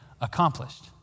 accomplished